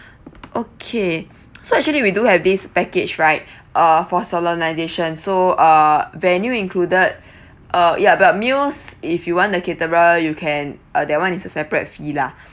okay so actually we do have this package right uh for solemnisation so uh venue included uh ya but meals if you want the caterer you can uh that [one] is a separate fee lah